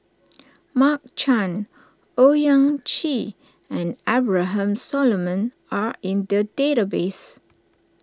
Mark Chan Owyang Chi and Abraham Solomon are in the database